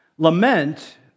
Lament